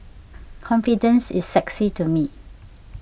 confidence is sexy to me